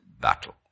battle